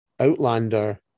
Outlander